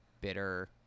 bitter